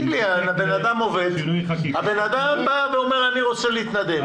בן אדם עובד, בן אדם בא ואומר, אני רוצה להתנדב.